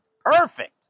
perfect